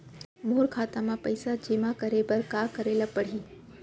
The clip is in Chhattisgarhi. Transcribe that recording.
मोर खाता म पइसा जेमा करे बर का करे ल पड़ही?